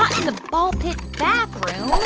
um in the ball pit bathroom.